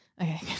Okay